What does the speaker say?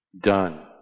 Done